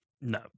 No